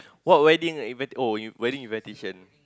what wedding invite oh wedding invitation